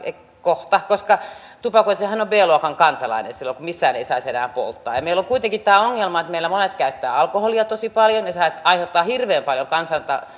koska tupakoitsijahan on b luokan kansalainen silloin kun missään ei saisi enää polttaa ja ja meillä on kuitenkin tämä ongelma että meillä monet käyttävät alkoholia tosi paljon ja sehän aiheuttaa hirveän paljon